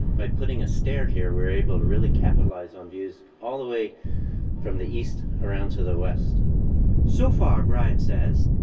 by putting a stair here, we're able to really capitalize on views all the way from the east around to the west so far, brian says,